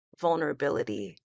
vulnerability